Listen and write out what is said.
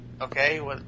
okay